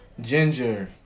ginger